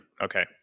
okay